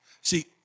See